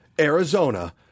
Arizona